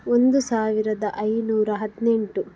ಒಂದು ಸಾವಿರದ ಐನೂರ ಹದಿನೆಂಟು